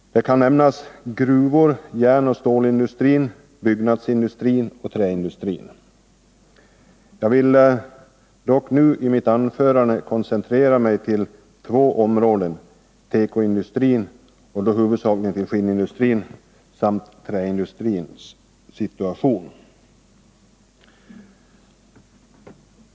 Jag kan nämna gruvindustrin, järnoch stålindustrin, byggnadsindustrin och träindustrin. Jag vill dock nu i mitt anförande koncentrera mig på två områden — tekoindustrin och då huvudsakligen skinnindustrin samt träindustrin.